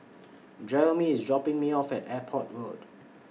Jeremy IS dropping Me off At Airport Road